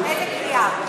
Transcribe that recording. איזו קריאה?